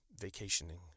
vacationing